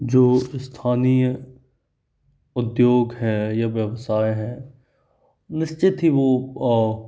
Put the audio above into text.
जो स्थानीय उद्योग है या व्यवसाय है निश्चित ही वह